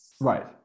Right